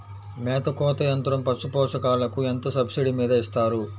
మేత కోత యంత్రం పశుపోషకాలకు ఎంత సబ్సిడీ మీద ఇస్తారు?